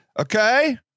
okay